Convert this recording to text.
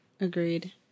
Agreed